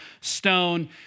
stone